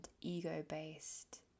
ego-based